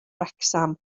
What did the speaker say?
wrecsam